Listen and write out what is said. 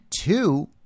two